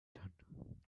done